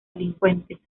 delincuentes